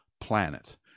planet